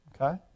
Okay